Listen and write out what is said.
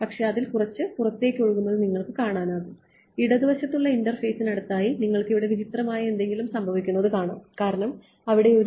പക്ഷേ അതിൽ കുറച്ച് പുറത്തേക്ക് ഒഴുകുന്നത് നിങ്ങൾക്ക് കാണാം ഇടതുവശത്തുള്ള ഇന്റർഫേസിന് അടുത്തായി നിങ്ങൾക്ക് ഇവിടെ വിചിത്രമായ എന്തെങ്കിലും സംഭവിക്കുന്നത് കാണാം കാരണം അവിടെ ഒരു